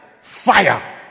Fire